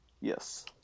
Yes